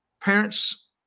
Parents